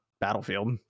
Battlefield